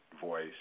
voice